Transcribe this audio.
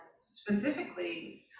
specifically